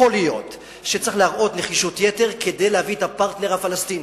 יכול להיות שצריך להראות נחישות יתר כדי להביא את הפרטנר הפלסטיני.